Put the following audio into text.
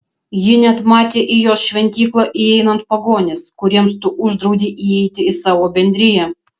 ji net matė į jos šventyklą įeinant pagonis kuriems tu uždraudei įeiti į savo bendriją